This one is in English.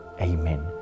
Amen